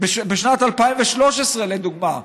בשנת 2013, לדוגמה,